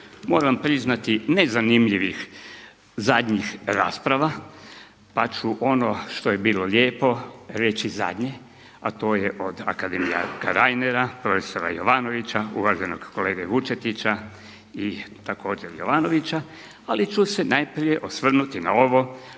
moram priznati nezanimljivih zadnjih rasprava, pa ću ono što je bilo lijepo reći zadnje, a to je od akademika Reinera, profesora Jovanovića, uvaženog kolege Vučetića i također Jovanovića. Ali ću se najprije osvrnuti na ovo